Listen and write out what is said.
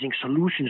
solutions